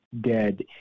dead